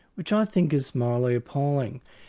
which i think is morally appalling.